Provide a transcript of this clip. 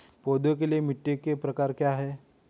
पौधों के लिए मिट्टी के प्रकार क्या हैं?